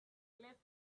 left